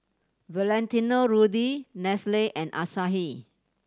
Valentino Rudy Nestle and Asahi